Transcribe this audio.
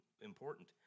important